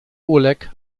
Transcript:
oleg